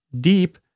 deep